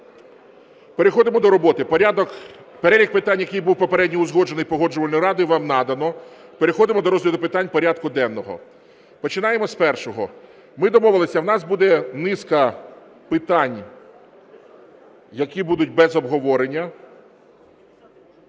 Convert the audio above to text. переходимо до роботи. Перелік питань, який був попередньо узгоджений Погоджувальною радою вам надано. Переходимо до розгляду питань порядку денного, починаємо з першого, ми домовилися у нас буде низка питань, які будуть без обговорення…